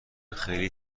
خیلی